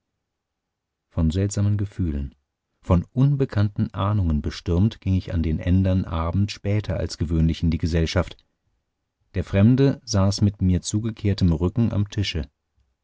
von seltsamen gefühlen von unbekannten ahnungen bestürmt ging ich den ändern abend später als gewöhnlich in die gesellschaft der fremde saß mit mir zugekehrtem rücken am tische